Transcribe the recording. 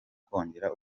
kongera